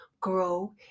grow